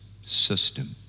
system